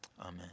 amen